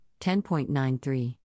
10.93